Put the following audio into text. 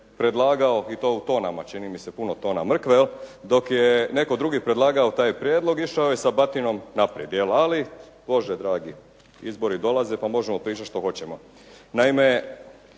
predlagao i to u tonama čini mi se, puno tona mrkve, dok je netko drugi predlagao taj prijedlog išao je sa batinom naprijed, ali Bože dragi, izbori dolaze pa možemo pričati što hoćemo.